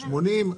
80,